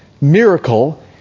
miracle